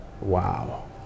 Wow